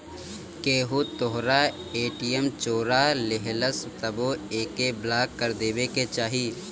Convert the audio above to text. केहू तोहरा ए.टी.एम चोरा लेहलस तबो एके ब्लाक कर देवे के चाही